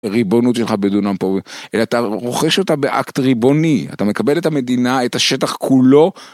ריבונות שלך בדונם פה, אלא אתה רוכש אותה באקט ריבוני, אתה מקבל את המדינה, את השטח כולו.